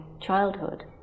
childhood